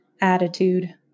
attitude